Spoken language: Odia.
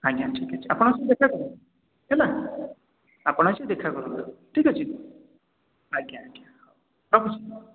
ଆଜ୍ଞା ଠିକ୍ ଅଛି ଆପଣ ଆସିକି ଦେଖା କରନ୍ତୁ ହେଲା ଆପଣ ଆସିକି ଦେଖା କରନ୍ତୁ ଠିକ୍ ଅଛି ଆଜ୍ଞା ଆଜ୍ଞା ହଉ ରଖୁଛି